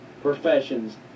professions